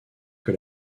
que